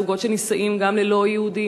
זוגות שבהם גם לא-יהודים,